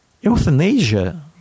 Euthanasia